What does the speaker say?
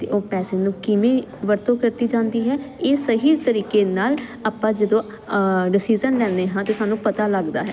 ਤੇ ਉਹ ਪੈਸੇ ਨੂੰ ਕਿਵੇਂ ਵਰਤੋ ਕਰਤੀ ਜਾਂਦੀ ਹੈ ਇਹ ਸਹੀ ਤਰੀਕੇ ਨਾਲ ਆਪਾਂ ਜਦੋਂ ਡਿਸੀਜ਼ਨ ਲੈਦੇ ਹਾਂ ਤੇ ਸਾਨੂੰ ਪਤਾ ਲੱਗਦਾ ਹੈ